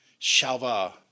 Shalva